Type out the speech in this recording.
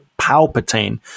Palpatine